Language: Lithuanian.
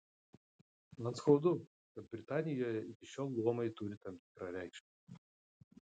man skaudu kad britanijoje iki šiol luomai turi tam tikrą reikšmę